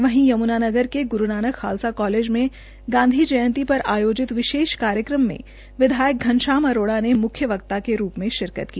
वहीं यम्नानगर के ग्रू नानक खालसा कालेज में गांधी जयंती पर आयोजित विशेष कार्यक्रम में विधायक घनश्याम अरोड़ा ने मुख्य वक्ता के रूप में शिरकत की